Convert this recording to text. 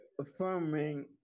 affirming